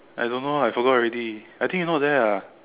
I don't know I forgot already I think you're not there ah